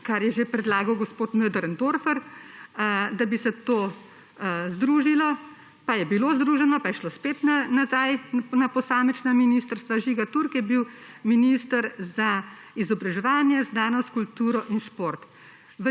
kar je že predlagal gospod Möderndorfer, da bi se to združilo, pa je bilo združeno, pa je šlo spet nazaj na posamična ministrstva. Žiga Turk je bil minister za izobraževanje, znanost, kulturo in šport.